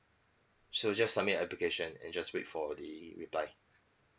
so just submit application and just wait for the reply